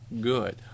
good